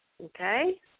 Okay